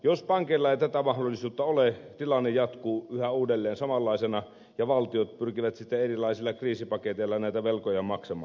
jos pankeilla ei tätä mahdollisuutta ole tilanne jatkuu yhä uudelleen samanlaisena ja valtiot pyrkivät sitten erilaisilla kriisipaketeilla näitä velkoja maksamaan